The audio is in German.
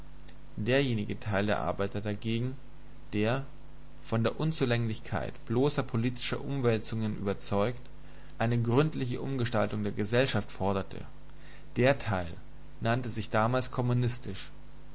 derjenige teil der arbeiter dagegen der von der unzulänglichkeit bloßer politischer umwälzungen überzeugt eine gründliche umgestaltung der gesellschaft forderte der teil nannte sich damals kommunistisch